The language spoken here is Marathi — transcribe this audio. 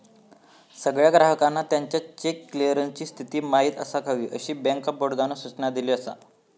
सगळ्या ग्राहकांका त्याच्या चेक क्लीअरन्सची स्थिती माहिती असाक हवी, अशी बँक ऑफ बडोदानं सूचना दिली असा